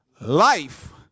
life